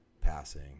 passing